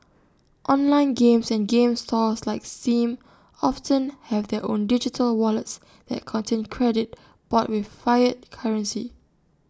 online games and game stores like steam often have their own digital wallets that contain credit bought with fiat currency